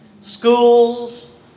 schools